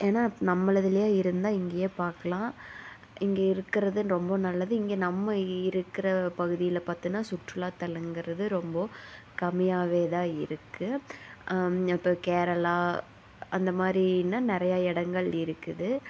ஏன்னா நம்மளுதுலயே இருந்தா இங்கேயே பார்க்கலாம் இங்கே இருக்குறது ரொம்ப நல்லது இங்கே நம்ப இருக்கிற பகுதியில பார்த்தோன்னா சுற்றுலா தலங்கிறது ரொம்ப கம்மியாகவேதான் இருக்கு இப்போ கேரளா அந்தமாதிரினா நிறையா இடங்கள் இருக்குது